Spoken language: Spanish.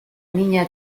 niña